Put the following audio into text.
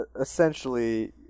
essentially